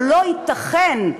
לא ייתכן,